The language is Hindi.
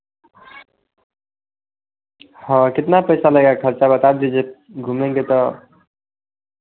हाँ कितना पैसा लगेगा खर्चा बता दीजिए घूमेंगे तो